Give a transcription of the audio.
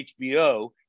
HBO